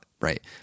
right